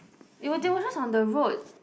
they were they were just on the road